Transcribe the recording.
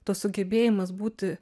tas sugebėjimas būti